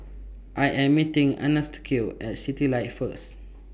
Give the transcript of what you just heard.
I Am meeting Anastacio At Citylights First